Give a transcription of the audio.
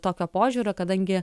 tokio požiūrio kadangi